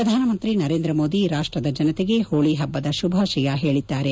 ಪ್ರಧಾನ ಮಂತ್ರಿ ನರೇಂದ್ರ ಮೋದಿ ರಾಷ್ಲದ ಜನತೆಗೆ ಹೋಳಿ ಹಬ್ಬದ ಶುಭಾಶಯ ಹೇಳಿದ್ದಾರೆ